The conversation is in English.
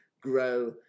grow